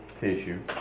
tissue